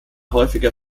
häufiger